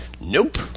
Nope